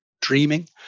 dreaming